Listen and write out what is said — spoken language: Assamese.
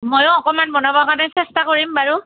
ময়ো অকণমান বনাবৰ কাৰণে চেষ্টা কৰিম বাৰু